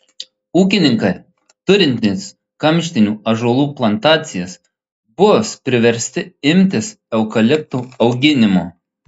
ūkininkai turintys kamštinių ąžuolų plantacijas bus priversti imtis eukaliptų auginimo